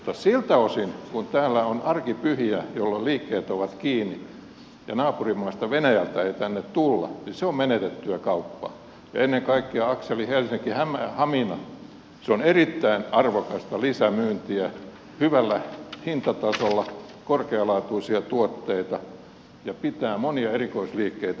mutta siltä osin kuin täällä on arkipyhiä jolloin liikkeet ovat kiinni ja naapurimaasta venäjältä ei tänne tulla se on menetettyä kauppaa ja ennen kaikkea akselilla helsinkihamina se on erittäin arvokasta lisämyyntiä hyvällä hintatasolla korkealaatuisia tuotteita ja pitää monia erikoisliikkeitä myös pystyssä